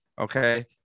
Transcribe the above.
Okay